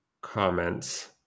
comments